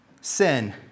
Sin